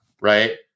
Right